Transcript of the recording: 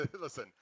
listen